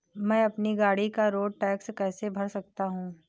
मैं अपनी गाड़ी का रोड टैक्स कैसे भर सकता हूँ?